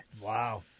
Wow